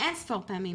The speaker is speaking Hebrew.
אינספור פעמים,